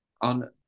on